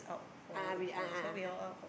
a'ah we a'ah a'ah